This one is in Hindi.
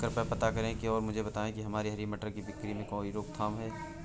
कृपया पता करें और मुझे बताएं कि क्या हरी मटर की बिक्री में कोई रोकथाम है?